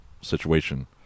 situation